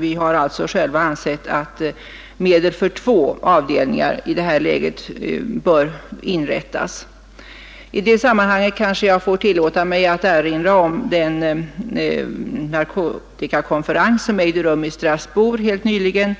Vi har emellertid ansett att i detta läge medel bör anslås för inrättande av två avdelningar. I detta sammanhang kanske jag får tillåta mig att erinra om en narkotikakonferens som ägde rum i Strasbourg helt nyligen.